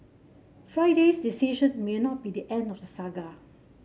Friday's decision may not be the end of the saga